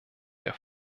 der